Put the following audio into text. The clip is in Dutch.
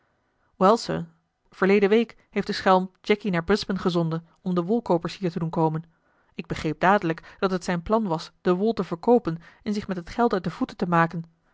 wel sir verleden week heeft de schelm jacky naar brisbane gezonden om de wolkoopers hier te doen komen ik begreep dadelijk dat het zijn plan was de wol te verkoopen en zich met het geld uit de voeten te maken